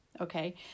okay